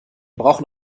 brauchen